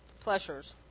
pleasures